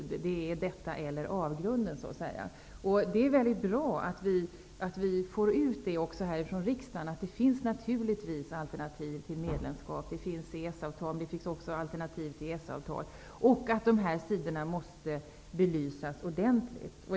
Det är så att säga detta eller avgrunden som gäller. Det är mycket bra att vi från riksdagen får ut information om att det naturligtvis finns alternativ till medlemskap. Det finns ett EES-avtal, men det finns också alternativ till EES-avtalet. Dessa alternativ måste belysas ordentligt.